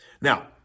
Now